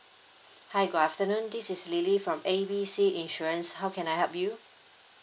hi good afternoon this is lily from A B C insurance how can I help you